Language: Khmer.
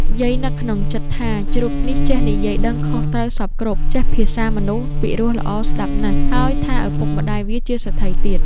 យាយនឹកក្នុងចិត្ដថា ជ្រូកនេះចេះនិយាយដឹងខុសត្រូវសព្វគ្រប់ ចេះភាសាមនុស្សពីរោះល្អស្ដាប់ណាស់ ហើយថា ឪពុកមា្ដយវាជាសេដ្ឋីទៀត។